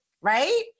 right